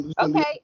Okay